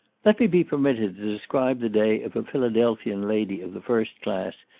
let me be permitted to describe the day of a philadelphian lady of the first class,